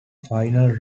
final